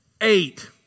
Eight